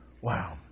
Wow